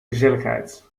gezelligheid